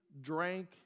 drank